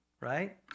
right